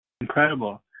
Incredible